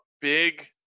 big